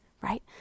right